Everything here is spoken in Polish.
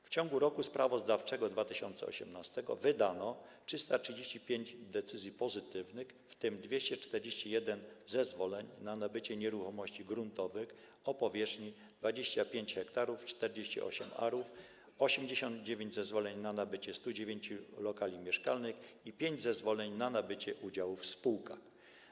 W ciągu roku sprawozdawczego 2018 wydano 335 decyzji pozytywnych, w tym 241 zezwoleń na nabycie nieruchomości gruntowych o powierzchni 25,48 ha, 89 zezwoleń na nabycie 109 lokali mieszkalnych i pięć zezwoleń na nabycie udziałów w spółkach.